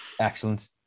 Excellent